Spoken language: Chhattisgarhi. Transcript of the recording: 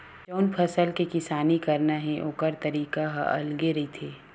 जउन फसल के किसानी करना हे ओखर तरीका ह अलगे रहिथे